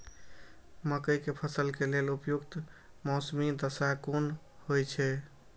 मके के फसल के लेल उपयुक्त मौसमी दशा कुन होए छै?